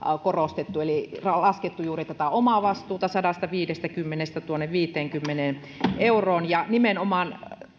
korostettu eli laskettu juuri tätä omavastuuta sadastaviidestäkymmenestä viiteenkymmeneen euroon ja nimenomaan